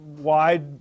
Wide